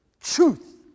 truth